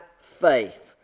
faith